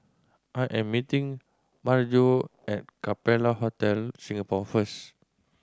I am meeting Maryjo at Capella Hotel Singapore first